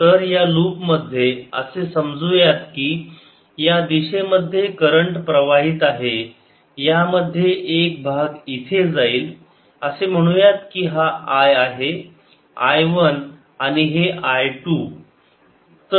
तर या लुप मध्ये असे समजूयात की या दिशेमध्ये करंट प्रवाहित आहे यामध्ये एक भाग इथे जाईल असे म्हणू यात की हा I आहे I वन आणि हे I टू